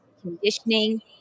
conditioning